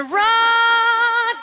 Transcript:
run